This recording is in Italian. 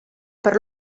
per